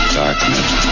darkness